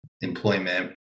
employment